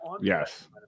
Yes